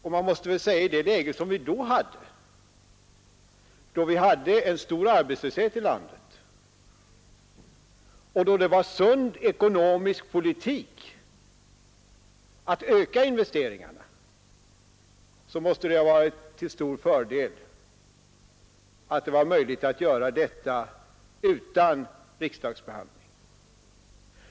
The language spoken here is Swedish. Med tanke på det läge som vi då hade, med en stor arbetslöshet i landet och då det var sund ekonomisk politik att öka investeringarna, måste det ha varit till stor fördel att det var möjligt att göra detta utan riksdagsbehandling.